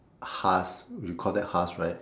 husk you call that husk right